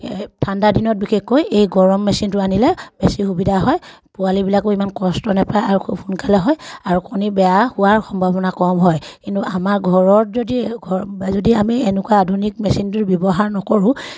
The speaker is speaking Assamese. ঠাণ্ডাদিনত বিশেষকৈ এই গৰম মেচিনটো আনিলে বেছি সুবিধা হয় পোৱালিবিলাকো ইমান কষ্ট নাপায় আৰু খুব সোনকালে হয় আৰু কণী বেয়া হোৱাৰ সম্ভাৱনা কম হয় কিন্তু আমাৰ ঘৰত যদি যদি আমি এনেকুৱা আধুনিক মেচিনটোৰ ব্যৱহাৰ নকৰোঁ